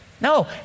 no